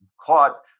caught